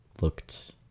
looked